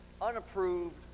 unapproved